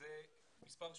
מזה מספר שנים,